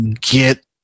get